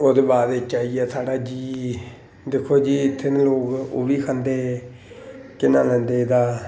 ओह्दे बाद बिच आई गेआ साढ़ा जी दिक्खो जी इत्थै दे लोक ओह् बी खंदे केह् नां ले दे एह्दा